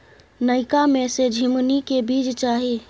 नयका में से झीमनी के बीज चाही?